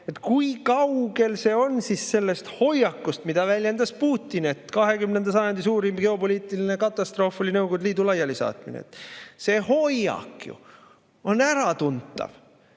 kui kaugel see on siis sellest hoiakust, mida väljendas Putin, et 20. sajandi suurim geopoliitiline katastroof oli Nõukogude Liidu laialisaatmine? See hoiak on ju äratuntav.